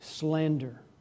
Slander